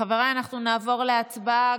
חבריי, אנחנו נעבור להצבעה.